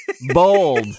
Bold